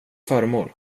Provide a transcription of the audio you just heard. föremål